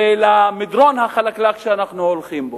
למדרון החלקלק שאנחנו הולכים בו.